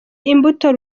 imbuto